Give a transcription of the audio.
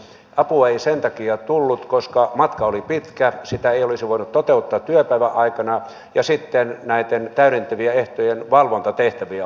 apua ei sen takia tullut koska matka oli pitkä sitä ei olisi voinut toteuttaa työpäivän aikana ja sitten näiden täydentävien ehtojen valvontatehtäviä oli niin paljon